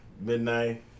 Midnight